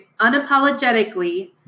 unapologetically